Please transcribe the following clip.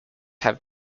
have